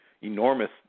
enormous